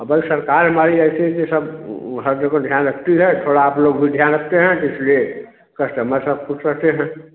अब ही सरकार हमारी ऐसी है कि सब हर जगह ध्यान रखती है थोड़ा आप लोग भी ध्यान रखते हैं तो इसलिए कस्टमर सब ख़ुश रहते हैं